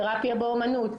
תרפיה באומנות,